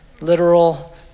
literal